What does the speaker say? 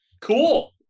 Cool